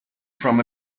from